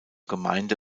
gemeinde